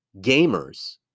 gamers